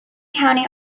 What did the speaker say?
county